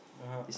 (uh huh)